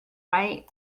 right